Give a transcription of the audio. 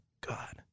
God